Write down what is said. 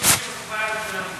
אני מסכים.